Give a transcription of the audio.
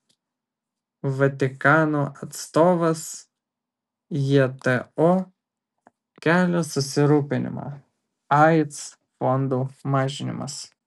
vatikano atstovas jto kelia susirūpinimą aids fondų mažinimas